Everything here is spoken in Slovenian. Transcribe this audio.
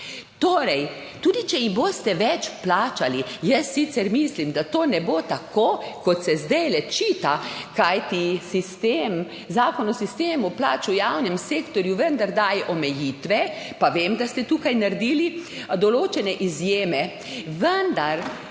Torej tudi, če jih boste več plačali, jaz sicer mislim, da to ne bo tako, kot se zdaj očita, kajti sistem, Zakon o sistemu plač v javnem sektorju vendar daje omejitve, pa vem, da ste tukaj naredili določene izjeme, vendar